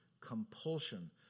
compulsion